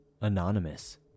Anonymous